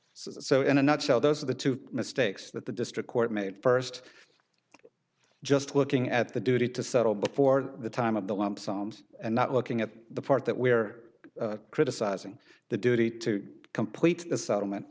so in a nutshell those are the two mistakes that the district court made first just looking at the duty to settle before the time of the lump sum and not looking at the part that we're criticizing the duty to complete a settlement